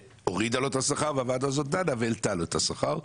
הורידה לו את השכר והוועדה הזאת דנה והעלתה לו את השכר.